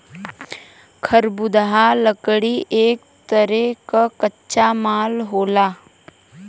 खरबुदाह लकड़ी एक तरे क कच्चा माल होला